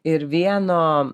ir vieno